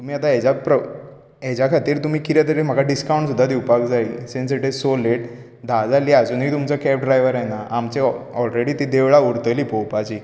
तुमी आतां हेच्या प्र हेच्या खातीर तुमी कितें तरी म्हाका डिस्कावंट सुद्दां दिवपाक जाय since it is so late धा जालीं आजुनूय तुमचो केब ड्रायवर येना आमचे ऑ ऑलरेडी तीं देवळां उरतलीं पळोवपाचीं